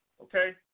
okay